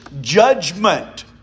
judgment